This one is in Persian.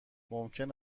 ممکن